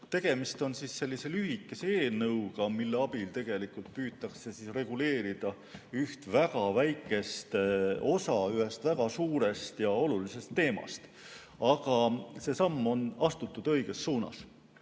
Tegemist on sellise lühikese eelnõuga, mille abil tegelikult püütakse reguleerida üht väga väikest osa ühest väga suurest ja olulisest teemast. Aga see samm on astutud õiges suunas.